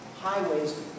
Highways